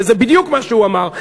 וזה בדיוק מה שהוא אמר.